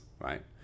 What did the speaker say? right